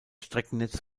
streckennetz